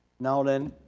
now then,